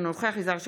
אינו נוכח אלי אבידר,